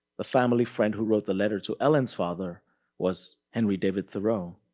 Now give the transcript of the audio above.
the family friend who wrote the letter to ellen's father was henry david thoreau.